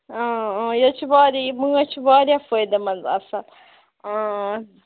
یہِ حظ چھُ واریاہ یہِ مٲنٛچھ چھِ واریاہ فٲیدٕ مَنٛد آسان آ